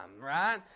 right